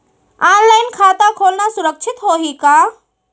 Online खाता खोलना सुरक्षित होही का?